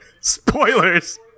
spoilers